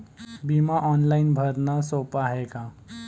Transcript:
बिमा ऑनलाईन भरनं सोप हाय का?